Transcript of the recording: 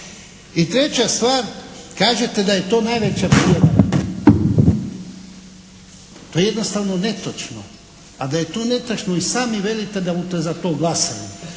I treća stvar, kažete da je to najveća prijevara. To je jednostavno netočno, a da je to netočno i sami velite da bute za to glasali.